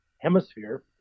hemisphere